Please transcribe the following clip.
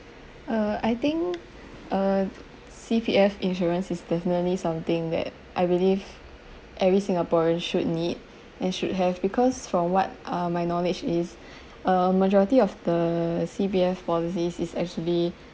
err I think err C_P_F insurance is definitely something that I believe every singaporean should need and should have because from what uh my knowledge is err majority of the C_P_F policies is actually